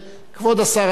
או הוא רוצה להתייחס?